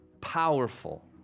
powerful